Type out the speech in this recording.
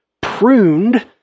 pruned